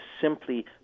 simply